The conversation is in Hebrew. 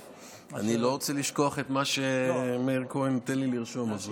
אני לא רוצה לשכוח את מה שמאיר כהן, תן לי לרשום.